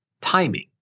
Timing